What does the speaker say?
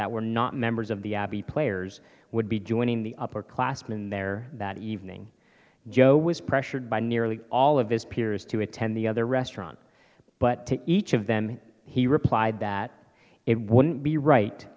that were not members of the abbey players would be joining the upper classman there that evening joe was pressured by nearly all of his peers to attend the other restaurant but to each of them he replied that it wouldn't be right